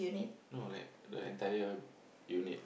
no like the entire unit